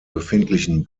befindlichen